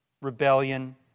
rebellion